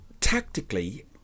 tactically